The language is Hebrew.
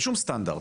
בשום סטנדרט.